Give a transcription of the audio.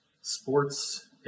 sports